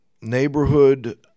neighborhood